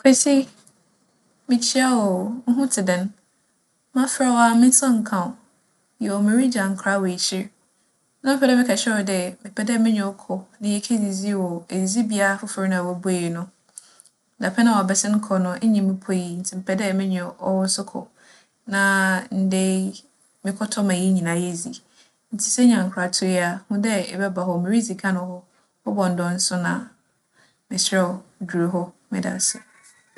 Kwesi, mikyia wo oo! Wo ho tse dɛn? Mafrɛ wo aa, me nsa nnka wo. Yoo, mirigya nkra wͻ ekyir. Nna mepɛ dɛ meka kyerɛ wo dɛ mepɛ dɛ menye wo kͻ na yekedzidzi wͻ edzidzibea fofor na woebue no. Dapɛn a ͻabɛsen kͻ no, enye me puei ntsi mepɛ dɛ menye ͻwo so kͻ na ndɛ yi, mokͻtͻ ma hɛn nyina yedzi. Ntsi sɛ inya nkratow yi a, hu dɛ ebɛba hͻ. Miridzi kan wͻ hͻ. Wͻbͻ ndͻnsuon a, meserɛ wo, dur hͻ. Meda ase!